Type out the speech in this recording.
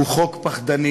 הוא חוק פחדני.